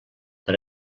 per